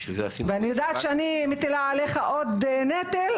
ואני יודעת שאני מטילה עליך עוד נטל,